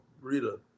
Rita